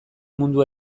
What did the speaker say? mundu